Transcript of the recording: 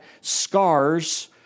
scars